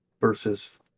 versus